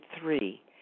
three